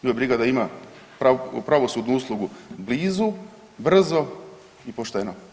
Nju je briga da ima pravosudnu uslugu blizu, brzo i pošteno.